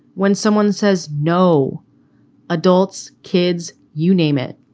when someone says no adults, kids, you name it,